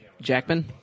Jackman